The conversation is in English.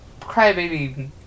crybaby